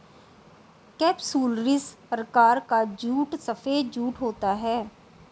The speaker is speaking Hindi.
केपसुलरिस प्रकार का जूट सफेद जूट होता है